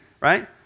right